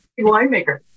winemaker